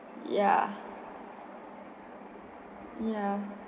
ya ya